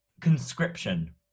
conscription